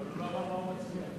אבל הוא לא אמר מה הוא מצביע.